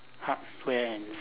hardware and